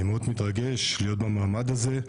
אני מאוד מתרגש להיות במעמד הזה.